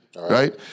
right